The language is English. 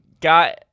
got